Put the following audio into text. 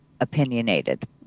opinionated